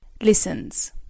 Listens